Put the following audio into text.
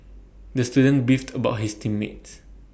the student beefed about his team mates